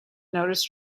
noticed